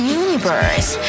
universe